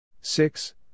six